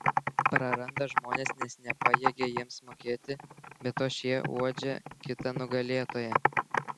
praranda žmones nes nepajėgia jiems mokėti be to šie uodžia kitą nugalėtoją